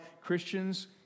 Christians